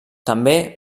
també